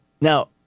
Now